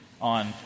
on